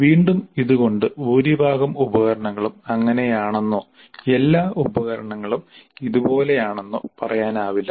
വീണ്ടും ഇത്കൊണ്ട് ഭൂരിഭാഗം ഉപകരണങ്ങളും അങ്ങനെയാണെന്നോ എല്ലാ ഉപകരണങ്ങളും ഇതുപോലെയാണെന്നോ പറയാനാവില്ല